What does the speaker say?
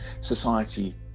society